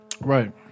Right